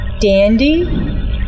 Dandy